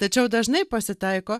tačiau dažnai pasitaiko